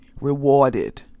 rewarded